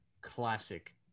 classic